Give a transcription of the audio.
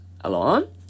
alone